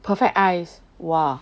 perfect eyes !wah!